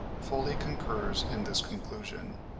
fully concurs in this conclusion.